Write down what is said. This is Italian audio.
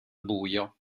buio